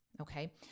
Okay